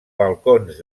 balcons